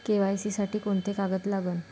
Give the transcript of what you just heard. KYC साठी कोंते कागद लागन?